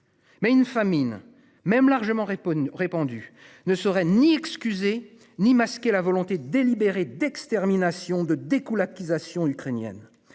Mais une famine même largement répondu répandue ne serait ni excuser ni masquer la volonté. Délibérée d'extermination de découle accusations ukrainiennes.